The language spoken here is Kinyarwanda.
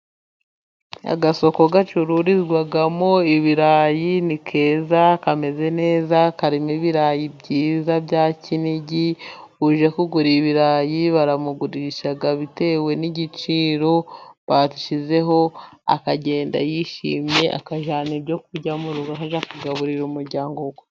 Agasoko gacururizwamo ibirayi ni keza, kameze neza, karimo ibirayi byiza bya kinigi. Uje kugura ibirayi, aramugurisha bitewe n'igiciro bashyizeho, akagenda yishimye akajyana ibyo kurya mu rugo akajya kugaburira umuryango we.